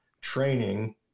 training